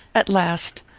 at last,